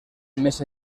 més